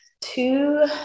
two